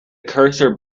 cursor